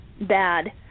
bad